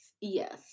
yes